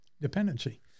dependency